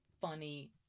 funny